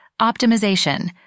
Optimization